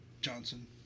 Johnson